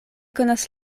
konas